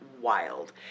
wild